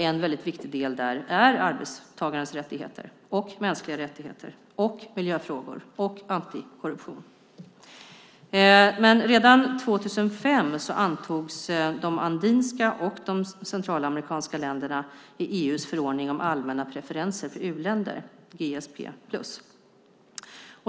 En viktig del där är arbetstagarnas rättigheter, mänskliga rättigheter, miljöfrågor och antikorruption. Redan 2005 antogs de andinska och de centralamerikanska länderna i EU:s förordning om allmänna preferenser för u-länder, GSP Plus.